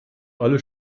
alle